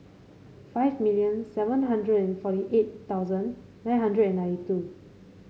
five million seven hundred and forty eight thousand nine hundred and ninety two